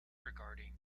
regarding